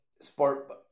sport